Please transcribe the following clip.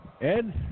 Ed